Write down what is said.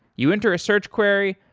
you enter a search query,